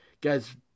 guys